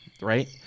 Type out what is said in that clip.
Right